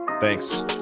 Thanks